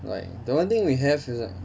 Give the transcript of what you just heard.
like the one thing we have is like